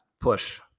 push